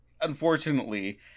unfortunately